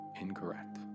incorrect